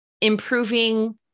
improving